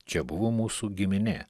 čia buvo mūsų giminė